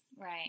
right